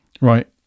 right